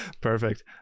perfect